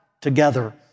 together